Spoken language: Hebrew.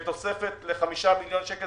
בנוסף ל-5 מיליון שקל.